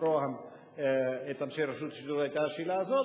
ראש הממשלה את אנשי רשות השידור היתה השאלה הזאת,